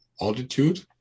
altitude